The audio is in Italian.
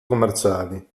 commerciali